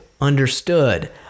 understood